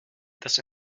das